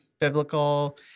biblical